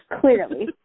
Clearly